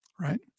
Right